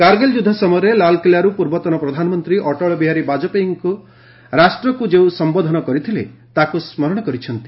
କାର୍ଗିଲ୍ ଯୁଦ୍ଧ ସମୟରେ ଲାଲ୍କିଲ୍ଲାରୁ ପୂର୍ବତନ ପ୍ରଧାନମନ୍ତ୍ରୀ ଅଟଳ ବିହାରୀ ବାଜପେୟୀ ରାଷ୍ଟ୍ରକୁ ଯେଉଁ ସମ୍ବୋଧନ କରିଥିଲେ ତାକୁ ସ୍କରଣ କରିଛନ୍ତି